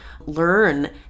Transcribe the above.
learn